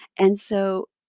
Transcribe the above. and so